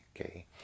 okay